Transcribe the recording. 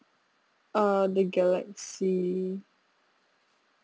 uh the galaxy